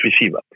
receiver